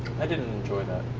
i didn't enjoy that.